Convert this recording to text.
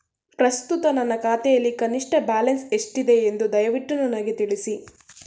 ಪ್ರಸ್ತುತ ನನ್ನ ಖಾತೆಯಲ್ಲಿ ಕನಿಷ್ಠ ಬ್ಯಾಲೆನ್ಸ್ ಎಷ್ಟಿದೆ ಎಂದು ದಯವಿಟ್ಟು ನನಗೆ ತಿಳಿಸಿ